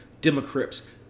Democrats